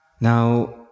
Now